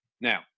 Now